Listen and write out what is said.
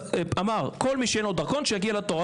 אמר: כל מי שאין לו דרכון שיגיע לתור.